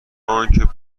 انکه